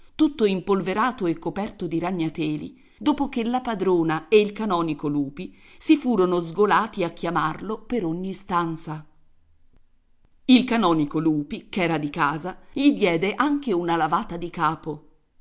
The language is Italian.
tutto impolverato e coperto di ragnateli dopo che la padrona e il canonico lupi si furono sgolati a chiamarlo per ogni stanza il canonico lupi ch'era di casa gli diede anche una lavata di capo